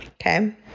Okay